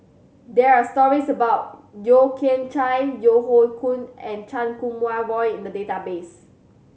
there are stories about Yeo Kian Chai Yeo Hoe Koon and Chan Kum Wah Roy in the database